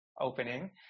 opening